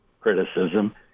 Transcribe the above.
criticism